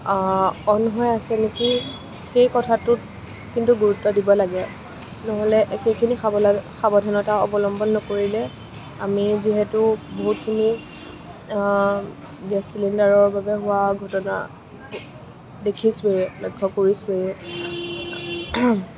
on হৈ আছে নেকি সেই কথাটোত কিন্তু গুৰুত্ব দিব লাগে নহ'লে সেইখিনি সাবলা সাৱধানতা অৱলম্বন নকৰিলে আমি যিহেতু বহুতখিনি গেছ চিলিণ্ডাৰৰ বাবে হোৱা ঘটনা দেখিছোঁৱেই লক্ষ্য কৰিছোঁৱেই